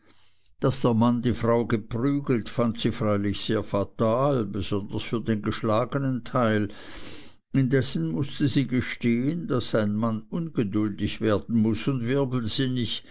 daß der mann die frau geprügelt fand sie freilich sehr fatal besonders für den geschlagenen teil indessen mußte sie gestehen daß ein mann ungeduldig werden muß und wirbelsinnig